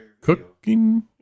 cooking